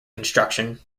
construction